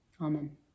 Amen